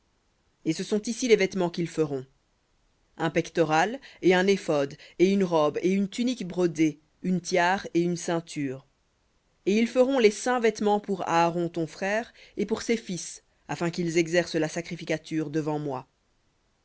et ce sont ici les vêtements qu'ils feront un pectoral et un éphod et une robe et une tunique brodée une tiare et une ceinture et ils feront les saints vêtements pour aaron ton frère et pour ses fils afin qu'ils exercent la sacrificature devant moi